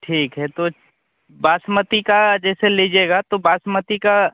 ठीक है तो बासमती का जैसे लीजिएगा तो बासमती का